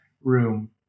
room